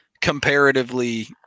comparatively